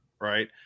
right